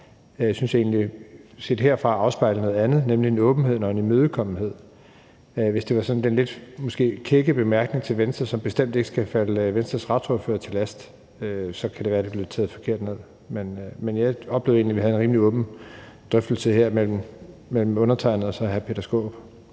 synes jeg egentlig set herfra afspejler noget andet, nemlig en åbenhed og en imødekommenhed. Hvis det var den måske sådan lidt kække bemærkning til Venstre, som bestemt ikke skal lægges Venstres retsordfører til last, så kan det være, det blev taget forkert ned. Men jeg oplevede egentlig, at vi havde en rimelig åben drøftelse her mellem undertegnede og hr.